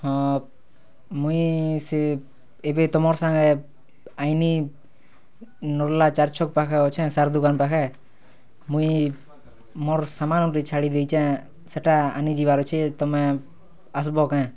ହଁ ମୁଇଁ ସେ ଏବେ ତମର୍ ସାଙ୍ଗେ ଆଇଲି ନର୍ଲା ଚାଏର୍ ଛକ୍ ପାଖେ ଅଛେଁ ସାର୍ ଦୁକାନ୍ ପାଖେ ମୁଇଁ ମୋର୍ ସାମାନ୍ ଗୁଟେ ଛାଡ଼ି ଦେଇଛେଁ ସେଟା ଆନି ଯିବାର୍ ଅଛେ ତମେ ଆସ୍ବ କାଏଁ